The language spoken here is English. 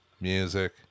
music